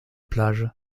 plages